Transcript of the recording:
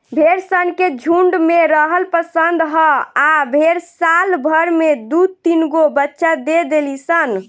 भेड़ सन के झुण्ड में रहल पसंद ह आ भेड़ साल भर में दु तीनगो बच्चा दे देली सन